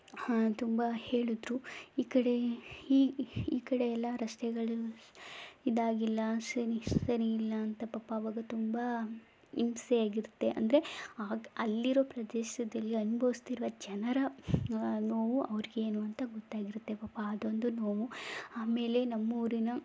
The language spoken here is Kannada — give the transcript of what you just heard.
ಹಾ ತುಂಬ ಹೇಳಿದ್ರು ಈ ಕಡೆ ಈ ಈ ಕಡೆಯೆಲ್ಲ ರಸ್ತೆಗಳು ಇದಾಗಿಲ್ಲ ಸರಿ ಸರಿ ಇಲ್ಲ ಅಂತ ಪಾಪ ಆವಾಗ ತುಂಬ ಹಿಂಸೆ ಆಗಿರತ್ತೆ ಅಂದರೆ ಆಗ ಅಲ್ಲಿರೋ ಪ್ರದೇಶದಲ್ಲಿ ಅನುಭವಿಸ್ತಿರುವ ಜನರ ನೋವು ಅವರಿಗೆ ಏನು ಅಂತ ಗೊತ್ತಾಗಿರುತ್ತೆ ಪಾಪ ಅದೊಂದು ನೋವು ಆಮೇಲೆ ನಮ್ಮೂರಿನ